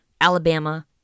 Alabama